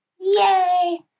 Yay